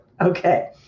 Okay